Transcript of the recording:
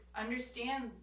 understand